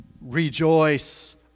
Rejoice